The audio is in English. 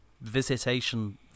visitation